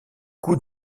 coup